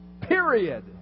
Period